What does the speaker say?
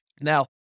Now